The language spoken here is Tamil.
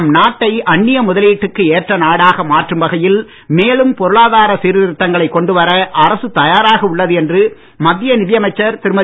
நம் நாட்டை அன்னிய முதலீட்டுக்கு ஏற்ற நாடாக மாற்றும் வகையில் மேலும் பொருளாதார சீர்திருத்தங்களைக் கொண்டுவர அரசு தயாராக உள்ளது என்று மத்திய நிதி அமைச்சர் திருமதி